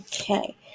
Okay